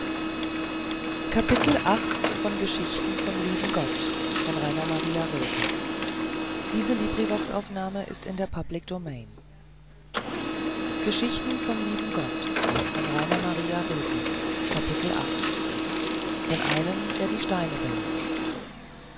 meer auch von einem der die steine belauscht